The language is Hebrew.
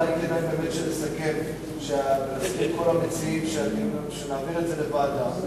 אולי כדאי באמת שנסכם שנסכים עם כל המציעים שנעביר את לוועדה,